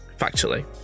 factually